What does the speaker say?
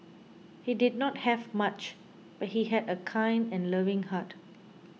he did not have much but he had a kind and loving heart